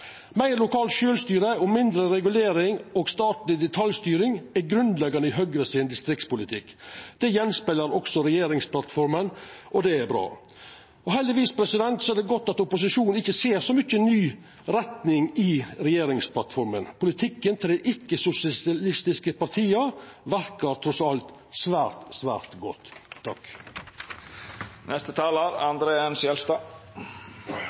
Meir lokalt sjølvstyre og mindre regulering og statleg detaljstyring er grunnleggjande i Høgre sin distriktspolitikk. Det gjenspeglar også regjeringsplattforma. Det er bra. Heldigvis er det godt at opposisjonen ikkje ser så mykje ny retning i regjeringsplattforma, politikken til dei ikkje-sosialistiske partia verkar trass alt svært, svært godt.